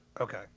Okay